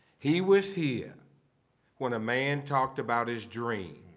he was here when a man talked about his dream.